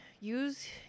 Use